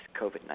COVID-19